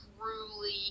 truly